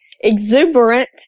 exuberant